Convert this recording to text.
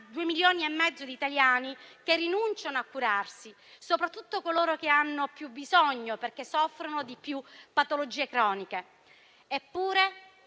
2,5 milioni di italiani che rinunciano a curarsi, soprattutto coloro che hanno più bisogno, perché soffrono di più patologie croniche. Eppure,